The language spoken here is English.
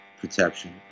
protection